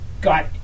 got